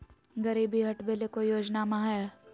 गरीबी हटबे ले कोई योजनामा हय?